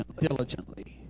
Diligently